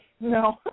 No